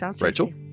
Rachel